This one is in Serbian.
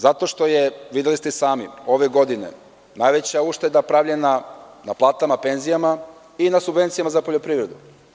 Zato što je, videli ste i sami, ove godine najveća ušteda pravljena na platama, penzijama i na subvencijama za poljoprivredu.